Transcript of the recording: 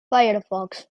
firefox